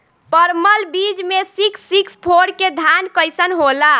परमल बीज मे सिक्स सिक्स फोर के धान कईसन होला?